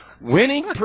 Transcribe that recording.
winning